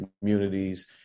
communities